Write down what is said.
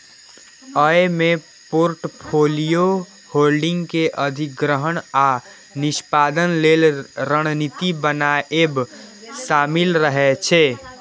अय मे portfolio holding के अधिग्रहण आ निष्पादन लेल रणनीति बनाएब शामिल रहे छै